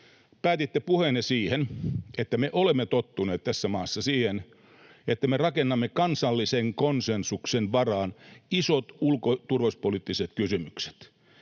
Päätitte puheenne siihen, että me olemme tottuneet tässä maassa siihen, että me rakennamme kansallisen konsensuksen varaan isot ulko- ja turvallisuuspoliittiset kysymykset.